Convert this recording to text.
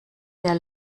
der